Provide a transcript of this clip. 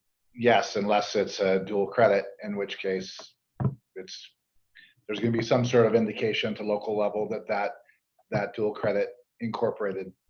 yes unless it's a dual credit in which case it's there's going to be some sort of indication to local level that that that dual credit incorporated.